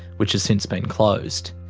which has since been closed.